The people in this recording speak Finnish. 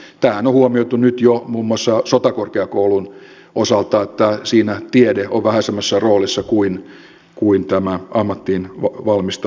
tämähän on huomioitu nyt jo muun muassa sotakorkeakoulun osalta että siinä tiede on vähän semmoisessa roolissa kuin tämä ammattiin valmistava osuus